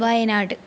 Wayanad